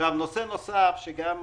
נושא נוסף שגם אתה,